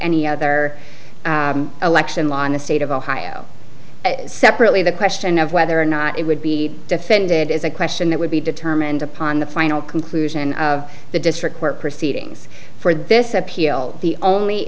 any other election law in the state of ohio separately the question of whether or not it would be defended is a question that would be determined upon the final conclusion of the district court proceedings for this appeal the only